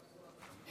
חברים,